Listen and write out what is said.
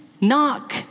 knock